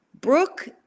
Brooke